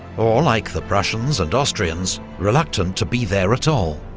or like the prussians and austrians reluctant to be there at all.